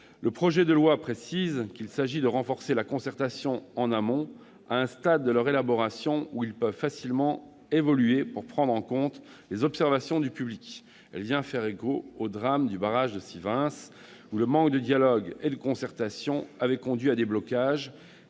exposé des motifs, qu'il s'agit de renforcer la concertation en amont « à un stade de leur élaboration, où ils peuvent facilement évoluer pour prendre en compte les observations du public. » Cela vient faire écho au drame du barrage de Sivens, où le manque de dialogue et de concertation avait conduit à des blocages,